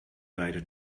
leide